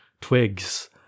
twigs